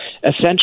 Essentially